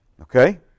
Okay